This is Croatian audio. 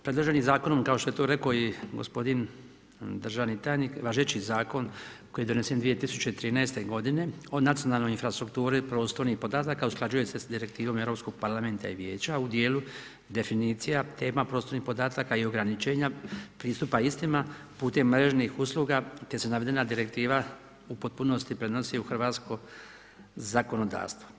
Predloženim zakonom kao što je to rekao i gospodin državni tajnik važeći Zakon koji je donesen 2013. godine o nacionalnoj infrastrukturi prostornih podataka usklađuje se sa direktivom Europskog parlamenta i Vijeća u dijelu definicija tema prostornih podataka i ograničenja pristupa istima putem mrežnih usluga te se navedena direktiva u potpunosti prenosi u hrvatsko zakonodavstvo.